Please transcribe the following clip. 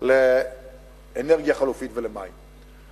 לאנרגיה חלופית ולמים.